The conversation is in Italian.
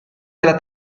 della